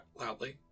loudly